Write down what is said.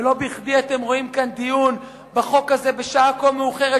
לא בכדי אתם רואים כאן דיון בחוק הזה בשעה כה מאוחרת,